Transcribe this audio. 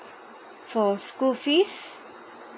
for school fees